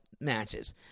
matches